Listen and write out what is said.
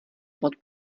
pod